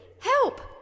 Help